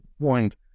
point